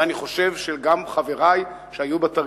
ואני חושב שגם של חברי שהיו בתרגיל: